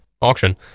auction